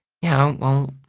yeah, well,